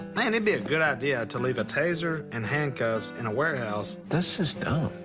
man, it'd be a good idea to leave a taser and handcuffs in a warehouse. that's just dumb.